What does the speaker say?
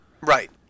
right